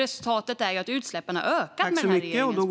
Resultatet är ju också att utsläppen har ökat med den här regeringens politik.